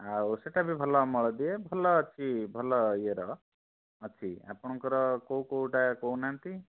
ଆଉ ସେଇଟା ବି ଭଲ ଅମଳ ଦିଏ ଭଲ ଅଛି ଭଲ ଇଏର ଅଛି ଆପଣଙ୍କର କେଉଁ କେଉଁଟା କହୁନାହାନ୍ତି